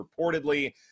reportedly